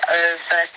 over